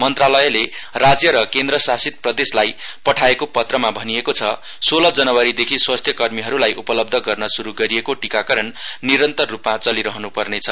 मन्त्रालयले राज्य र केन्द्र शासित प्रदेशलाई पठाएको पत्रमा भनिएको छ सोह्र जनवरीदेखि स्वास्थ्य कर्मीहरुलाई उपलब्ध गर्न श्रु गरिएको टीकाकरण निरन्तर रुपमा चलिरहन् पर्नेछ